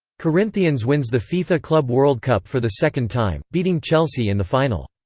corinthians wins the fifa club world cup for the second time, beating chelsea in the final.